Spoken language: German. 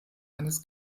eines